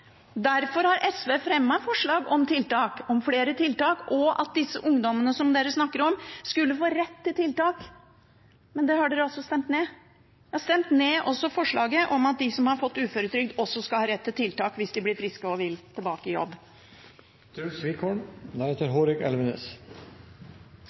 Derfor har SV fremmet forslag om tiltak, om flere tiltak, og at disse ungdommene som dere snakker om, skulle få rett til tiltak. Men det har dere altså stemt ned, og dere har også stemt ned forslaget om at de som har fått uføretrygd, også skal ha rett til tiltak hvis de blir friske og vil tilbake i jobb.